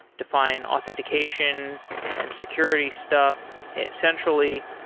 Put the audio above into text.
define authentication and security stuff essentially.